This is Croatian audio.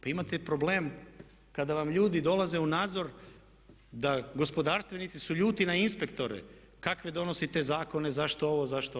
Pa imate problem kada vam ljudi dolaze u nadzor da gospodarstvenici su ljuti na inspektore kakve donosite zakone, zašto ovo, zašto ono?